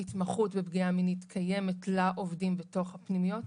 ההתמחות בפגיעה מינית קיימת לעובדים בתוך הפנימיות.